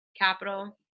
Capital